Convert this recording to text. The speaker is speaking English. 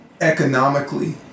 economically